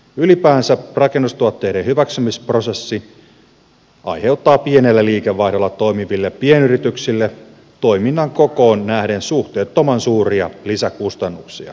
ylipäänsä rakennustuotteiden hyväksymisprosessi aiheuttaa pienellä liikevaihdolla toimiville pienyrityksille toiminnan kokoon nähden suhteettoman suuria lisäkustannuksia